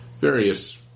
various